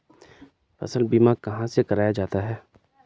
फसल बीमा कहाँ से कराया जाता है?